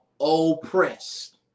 oppressed